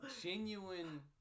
Genuine